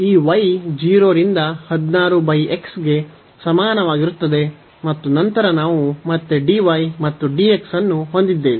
ಈ y 0 ರಿಂದ 16 x ಗೆ ಸಮಾನವಾಗಿರುತ್ತದೆ ಮತ್ತು ನಂತರ ನಾವು ಮತ್ತೆ dy ಮತ್ತು dx ಅನ್ನು ಹೊಂದಿದ್ದೇವೆ